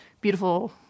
beautiful